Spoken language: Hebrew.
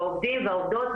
העובדים והעובדות,